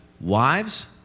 wives